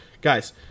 Guys